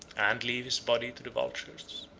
and leave his body to the vultures.